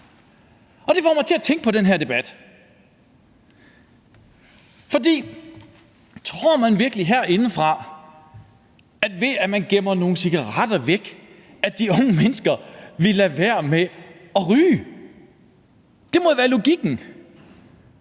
og det får mig til at tænke på den her debat. For tror man virkelig herindefra, at de unge mennesker, ved at man gemmer nogle cigaretter væk, så vil lade være med at ryge? Det må jo være logikken,